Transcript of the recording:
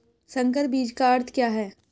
संकर बीज का अर्थ क्या है?